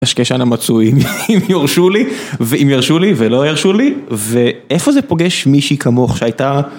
הקשקשן המצוי. אם יורשו לי... ואם ירשו לי, ולא ירשו לי, ואיפה זה פוגש מישהי כמוך שהייתה...